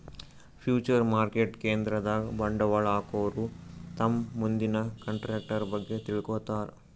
future market ಕೇಂದ್ರದಾಗ್ ಬಂಡವಾಳ್ ಹಾಕೋರು ತಮ್ ಮುಂದಿನ ಕಂಟ್ರಾಕ್ಟರ್ ಬಗ್ಗೆ ತಿಳ್ಕೋತಾರ್